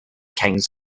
kings